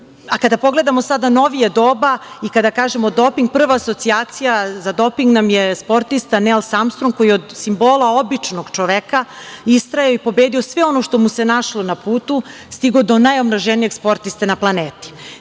boga. Kada pogledamo sada novije doba i kada kažemo doping, prva asocijacija za doping nam je sportista Lens Armstrong koji je od simbola običnog čoveka istrajao i pobedio sve ono što mu se našlo na putu, stiglo do najomraženijeg sportiste na planeti.